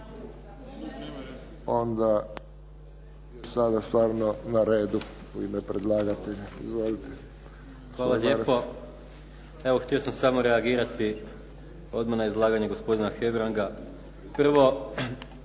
Hvala lijepo. Evo htio sam samo reagirati odmah na izlaganje gospodina Hebranga. Prvo,